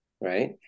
right